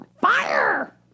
Fire